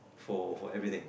for for everything